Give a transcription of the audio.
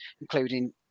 including